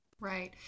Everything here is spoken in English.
Right